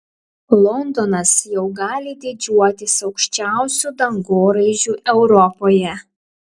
londonas jau gali didžiuotis aukščiausiu dangoraižiu europoje